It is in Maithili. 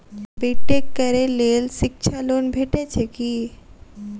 बी टेक करै लेल शिक्षा लोन भेटय छै की?